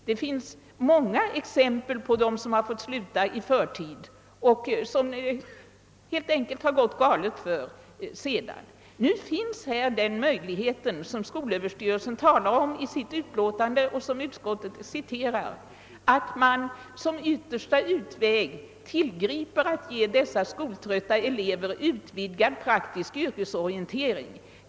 Det finns många exempel på elever som slutat skolan i förtid och som det har gått galet för sedan. Nu finns den möjligheten, som skolöverstyrelsen talar om i sitt yttrande och som utskottet citerar, att man som yttersta utväg tillgriper att ge dessa skoltrötta elever utvidgad praktisk yrkesorientering.